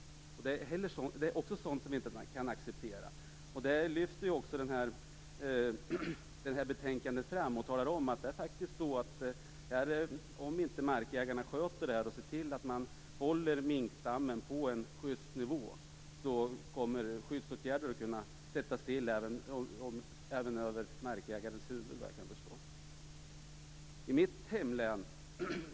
Inte heller det kan man acceptera. Detta lyfts fram i betänkandet. Om inte markägarna ser till att minkstammen hålls på en rimlig nivå kommer skyddsåtgärder att sättas in även så att säga över markägarens huvud.